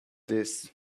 this